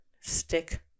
stick